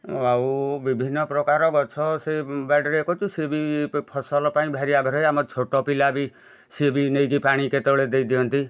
ଆଉ ବିଭିନ୍ନ ପ୍ରକାର ଗଛ ସେ ବାଡ଼ିରେ କରିଛୁ ସିଏ ବି ଫସଲ ପାଇଁ ଭାରି ଆଗ୍ରହୀ ଆମ ଛୋଟ ପିଲା ବି ସିଏ ବି ନେଇକି ପାଣି କେତେବେଳେ ଦେଇ ଦିଅନ୍ତି